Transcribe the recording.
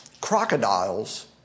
crocodiles